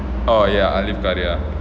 oh ya alis khadiar